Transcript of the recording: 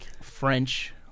French